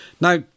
now